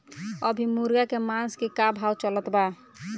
अभी मुर्गा के मांस के का भाव चलत बा?